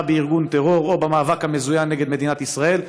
בארגון טרור או במאבק המזוין נגד מדינת ישראל.